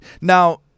Now